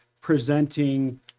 presenting